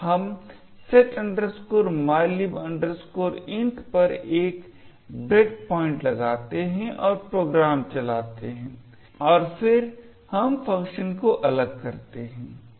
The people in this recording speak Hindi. हम set mylib int पर एक ब्रेकपॉइंट लगाते हैं और प्रोग्राम चलाते हैं और फिर हम फंक्शन को अलग करते हैं